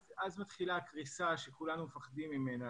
אז מתחילה הקריסה שכולנו מפחדים ממנה.